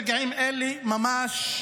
ברגעים אלה ממש,